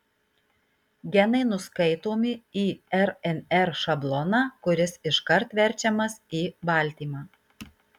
genai nuskaitomi į rnr šabloną kuris iškart verčiamas į baltymą